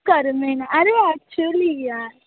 करमेना अरे ॲक्चुल्ली यार